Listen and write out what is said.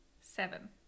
Seven